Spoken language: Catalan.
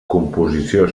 composició